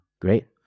great